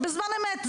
בזמן אמת.